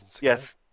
Yes